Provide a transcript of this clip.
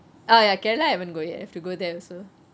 oh ya kerala haven't go yet have to go there also